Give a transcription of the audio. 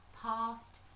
past